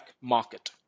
market